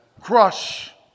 crush